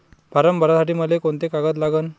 Form भरासाठी मले कोंते कागद लागन?